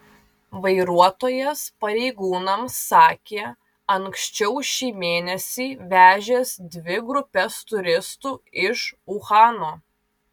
vairuotojas pareigūnams sakė anksčiau šį mėnesį vežęs dvi grupes turistų iš uhano